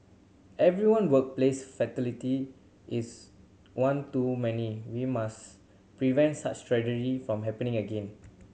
everyone workplace fatality is one too many we must prevent such tragedy from happening again